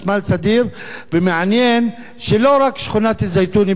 ומעניין שלא רק שכונת אל-זיתוני בעוספיא היא כזאת,